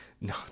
no